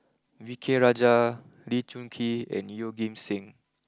V K Rajah Lee Choon Kee and Yeoh Ghim Seng